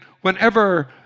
whenever